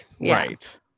right